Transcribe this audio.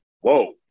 whoa